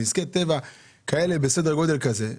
נזקי טבע כאלה בסדר גודל כזה,